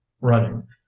running